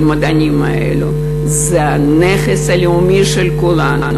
המדענים האלו זה הנכס הלאומי של כולנו,